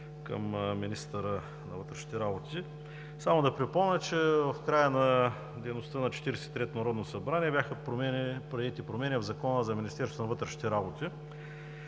към министъра на вътрешните работи. Само да припомня, че в края на дейността на Четиридесет и третото народно събрание бяха приети промени в Закона за Министерството на вътрешните работи,